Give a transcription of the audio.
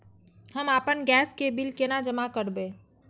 हम आपन गैस के बिल केना जमा करबे?